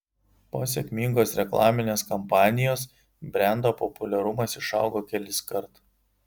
po sėkmingos reklaminės kampanijos brendo populiarumas išaugo keliskart